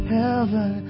heaven